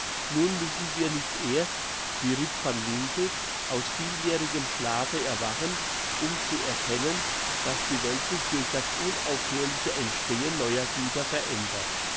nun müssen wir nicht erst wie rip van winkle aus vieljährigem schlafe erwachen um zu erkennen dass die welt sich durch das unaufhörliche entstehen neuer güter verändert